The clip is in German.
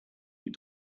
die